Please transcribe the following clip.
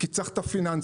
כי צריך את הפיננסים,